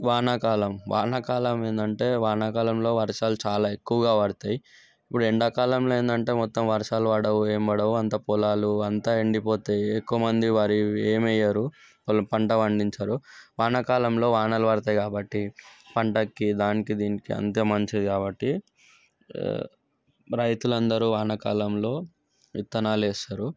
వానాకాలం వానాకాలం ఏంటంటే వానాకాలంలో వర్షాలు చాలా ఎక్కువగా పడతాయి ఇప్పుడు ఎండాకాలంలో ఏంటంటే మొత్తం వర్షాలు పడవు ఏం పడవు అంతా పొలాలు అంతా ఎండిపోతే ఎక్కువ మంది వరి ఏమి వేయరు వాళ్ళు పంట పండించరు వానాకాలంలో వానలు పడతాయి కాబట్టి పంటకి దానికి దీనికి అంత మంచిది కాబట్టి రైతులు అందరు వానకాలంలో విత్తణాలు వేస్తారు